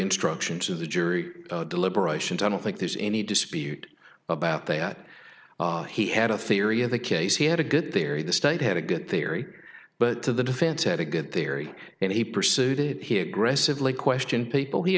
instructions of the jury deliberations i don't think there's any dispute about that he had a theory of the case he had a good theory the state had a good theory but to the defense had a good theory and he pursued it he aggressively question people he